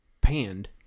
panned